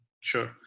Sure